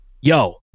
yo